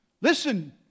Listen